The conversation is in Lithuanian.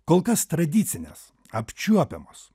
kol kas tradicinės apčiuopiamos